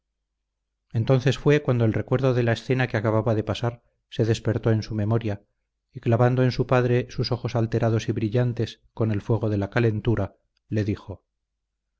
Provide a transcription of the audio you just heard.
entonces fue cuando el recuerdo de la escena que acababa de pasar se despertó en su memoria y clavando en su padre sus ojos alterados y brillantes con el fuego de la calentura le dijo